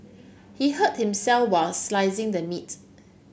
he hurt himself while slicing the meat